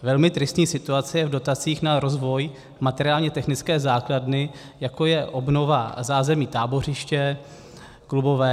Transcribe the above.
Velmi tristní situace je v dotacích na rozvoj materiálně technické základny, jako je obnova zázemí tábořiště, kluboven atd.